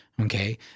Okay